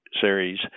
series